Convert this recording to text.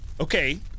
Okay